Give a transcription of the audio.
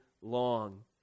long